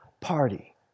party